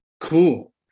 cool